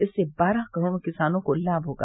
इससे बारह करोड़ किसानों को लाभ होगा